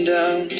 down